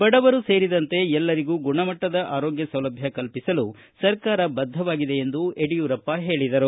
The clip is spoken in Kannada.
ಬಡವರು ಸೇರಿದಂತೆ ಎಲ್ಲರಿಗೂ ಗುಣಮಟ್ಟದ ಆರೋಗ್ಯ ಸೌಲಭ್ಯ ಕಲ್ಪಿಸಲು ಸರ್ಕಾರ ಬದ್ದವಾಗಿದೆ ಎಂದು ಯಡಿಯೂರಪ್ಪ ಹೇಳದರು